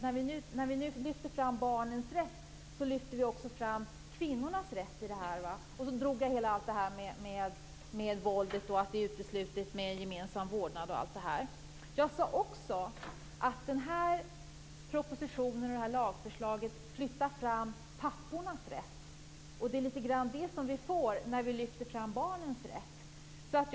När vi nu lyfter fram barnens rätt lyfter vi också fram kvinnornas rätt. Så talade jag om frågan om våldet och att det är uteslutet med gemensam vårdnad. Jag sade också att lagförslaget i propositionen flyttar fram pappornas rätt. Det är litet grand det som sker när vi lyfter fram barnens rätt.